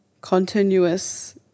continuous